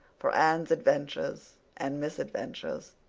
for anne's adventures and misadventures,